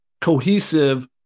cohesive